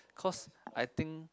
cause I think